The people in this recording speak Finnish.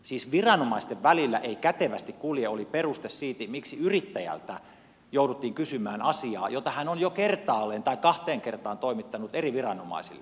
siis viranomaisten välillä ei tieto kätevästi kulje oli peruste sille miksi yrittäjältä jouduttiin kysymään asiaa jota hän on jo kertaalleen tai kahteen kertaan toimittanut eri viranomaisille